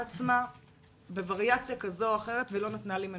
עצמה בווריאציה כזו או אחרת ולא נתנה לי מנוחה: